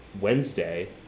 Wednesday